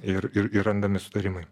ir ir ir randami sutarimai